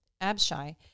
Abshai